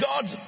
God